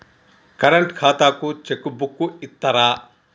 Current ఖాతాకు cheque book ఇత్తరా?